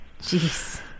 jeez